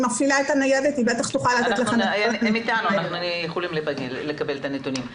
היא מפעילה את הניידת והיא בטח תוכל לתת לכם נתונים.